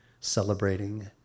celebrating